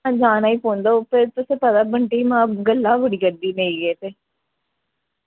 ओह् तुसेंगी पता जाना गै पौंदा ते तुसेंगी पता बंटी दी मां गल्लां बड़ी करदी नेईं जा ते